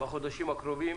בחודשים הקרובים,